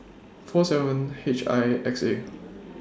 four seven H I X A